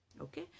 okay